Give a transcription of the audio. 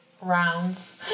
rounds